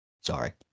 Sorry